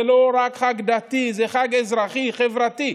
זה לא רק חג דתי, זה חג אזרחי חברתי,